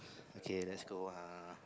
okay let's go uh